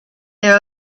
there